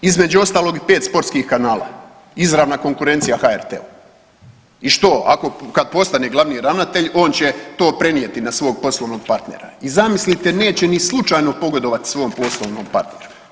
Između ostalog i 5 sportskih kanala, izravna konkurencija HRT-u i što, ako, kad postane glavni ravnatelj, on će to prenijeti na svog poslovnog partnera i zamislite, neće ni slučajno pogodovati svom poslovnom partneru.